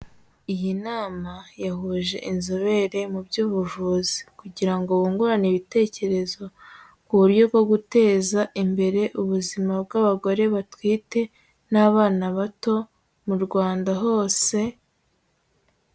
Iyi nama yahuje inzobere mu by'ubuvuzi kugira ngo bungurane ibitekerezo ku buryo bwo guteza imbere ubuzima bw'abagore batwite n'abana bato mu Rwanda hose.